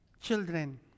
Children